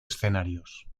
escenarios